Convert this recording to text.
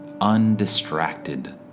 undistracted